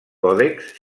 còdex